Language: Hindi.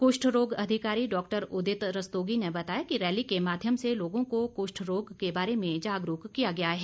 कृष्ठ रोग अधिकारी डॉक्टर उदित रस्तोगी ने बताया कि रैली के माध्यम से लोगों को कृष्ठ रोग के बारे में जागरूक किया गया है